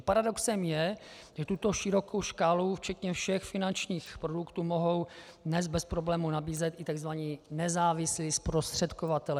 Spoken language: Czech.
Paradoxem je, že tuto širokou škálu včetně všech finančních produktů mohou dnes bez problému nabízet i takzvaní nezávislí zprostředkovatelé.